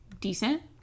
decent